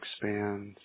expands